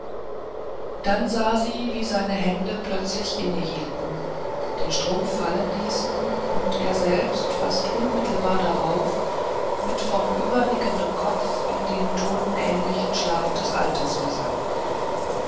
dann sah sie wie seine hände plötzlich innehielten den strumpf fallen ließen und er selbst fast unmittelbar darauf mit vornübernickendem kopf in den totenähnlichen schlaf des alters versank